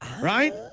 Right